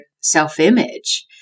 self-image